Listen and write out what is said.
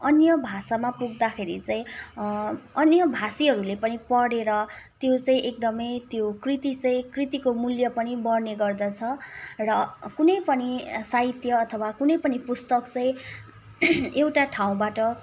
अन्य भाषामा पुग्दाखेरि चाहिँ अन्य भाषीहरूले पनि पढेर त्यो चाहिँ एकदमै त्यो कृति चाहिँ कृतिको मूल्य पनि बढ्ने गर्दछ र कुनै पनि साहित्य अथवा कुनै पनि पुस्तक चाहिँ एउटा ठाउँबाट